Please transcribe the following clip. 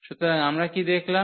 সুতরাং আমরা কী দেখলাম